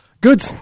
Good